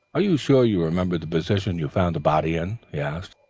are you sure you remember the position you found the body in? he asked.